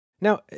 Now